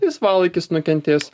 laisvalaikis nukentės